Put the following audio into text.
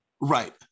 Right